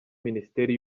minisiteri